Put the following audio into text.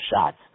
shots